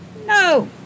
no